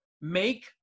make